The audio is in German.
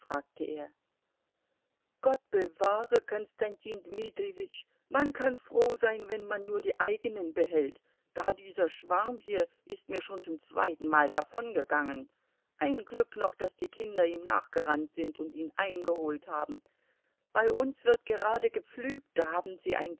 fragte er gott bewahre konstantin dmitrijewitsch man kann froh sein wenn man nur die eigenen behält da dieser schwarm hier ist mir schon zum zweitenmal davongegangen ein glück noch daß die kinder ihm nachgerannt sind und ihn eingeholt haben bei uns wird gerade gepflügt da haben sie ein